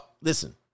Listen